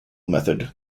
method